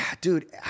dude